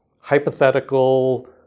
hypothetical